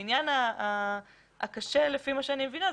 העניין הקשה לפי מה שאני מבינה,